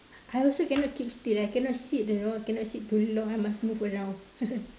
I also cannot keep still I cannot sit you know I cannot sit too long I must move around